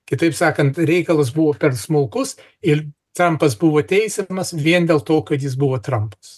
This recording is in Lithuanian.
kitaip sakant reikalas buvo per smulkus ir trampas buvo teisiamas vien dėl to kad jis buvo trampas